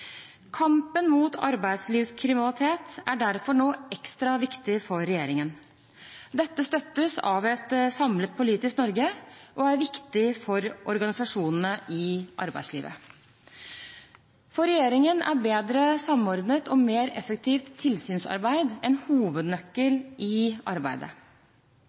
Kampen mot arbeidslivskriminalitet er derfor nå ekstra viktig for regjeringen. Dette støttes politisk av et samlet Norge og er viktig for organisasjonene i arbeidslivet. For regjeringen er bedre samordnet og mer effektivt tilsynsarbeid en hovednøkkel i arbeidet.